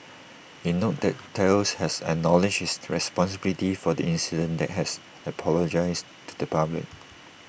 IT noted that Thales has acknowledged its responsibility for the incident and has apologised to the public